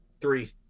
Three